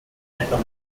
etwa